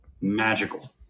magical